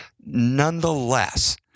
Nonetheless